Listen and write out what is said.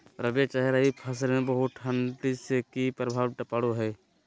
रबिया चाहे रवि फसल में बहुत ठंडी से की प्रभाव पड़ो है?